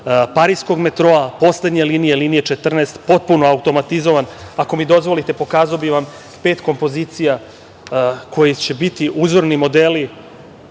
pariskog metroa, poslednje linije, linije 14, potpuno automatizovan. Ako mi dozvolite, pokazao bih vam pet kompozicija koje će biti uzorni modeli.